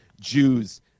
Jews